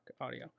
audio